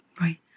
Right